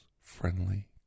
friendly